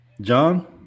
John